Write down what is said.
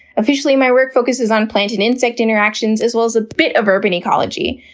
officially, my work focuses on plant and insect interactions, as well as a bit of urban ecology.